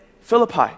Philippi